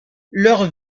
leur